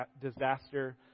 disaster